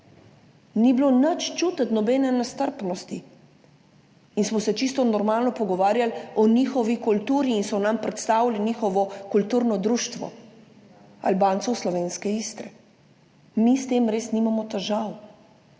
ni bilo nič čutiti nobene nestrpnosti in smo se čisto normalno pogovarjali o njihovi kulturi in so nam predstavili njihovo društvo, Kulturno društvo Albancev slovenske Istre. Mi s tem res nimamo težav